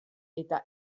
eta